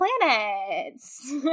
planets